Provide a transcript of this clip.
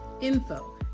Info